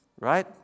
Right